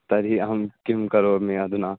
तर्हि अहं किं करोमि अधुना